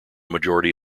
majority